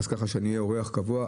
כך שאהיה אורח קבוע.